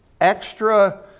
extra